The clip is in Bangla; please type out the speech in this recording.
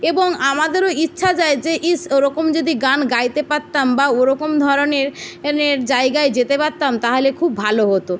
এবং আমাদেরও ইচ্ছা যায় যে ইস ওরকম যদি গান গাইতে পারতাম বা ওরকম ধরনের নের জায়গায় যেতে পারতাম তাহলে খুব ভালো হতো